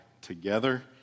together